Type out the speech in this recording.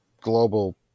global